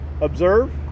observe